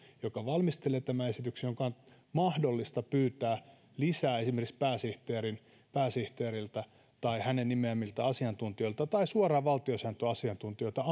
joka valmistelee tämän esityksen ja jonka on mahdollista pyytää esimerkiksi pääsihteeriltä tai hänen nimeämiltään asiantuntijoilta tai suoraan valtiosääntöasiantuntijoilta